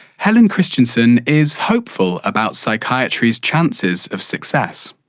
helen christensen is hopeful about psychiatry's chances of success.